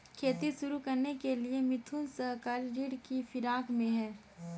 खेती शुरू करने के लिए मिथुन सहकारी ऋण की फिराक में है